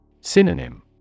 Synonym